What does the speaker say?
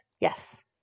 Yes